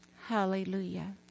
Hallelujah